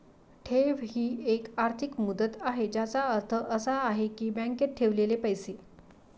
ठेव ही एक आर्थिक मुदत आहे ज्याचा अर्थ असा आहे की बँकेत ठेवलेले पैसे